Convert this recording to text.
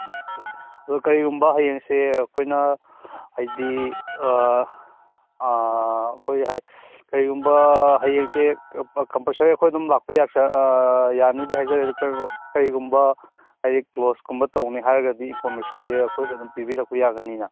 okay ꯑꯗꯨ ꯀꯩꯒꯨꯝꯕ ꯍꯌꯦꯡꯁꯦ ꯑꯩꯈꯣꯏꯅ ꯍꯥꯏꯗꯤ ꯑꯩꯈꯣꯏ ꯍꯥꯏ ꯀꯩꯒꯨꯝꯕ ꯍꯌꯦꯡꯁꯦ ꯀꯝꯄꯜꯁꯔꯤ ꯑꯩꯈꯣꯏ ꯑꯗꯨꯝ ꯂꯥꯛꯄ ꯌꯥꯅꯦꯗꯤ ꯍꯥꯏꯖꯔꯦ ꯀꯩꯒꯨꯝꯕ ꯍꯥꯏꯗꯤ ꯀ꯭ꯂꯣꯁꯀꯨꯝꯕ ꯇꯧꯅꯤ ꯍꯥꯏꯔꯒꯗꯤ ꯏꯟꯐꯣꯔꯃꯦꯁꯟꯁꯦ ꯑꯩꯈꯣꯏꯗ ꯑꯗꯨꯝ ꯄꯤꯕꯤꯔꯛꯄ ꯌꯥꯒꯅꯤꯅ